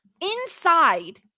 inside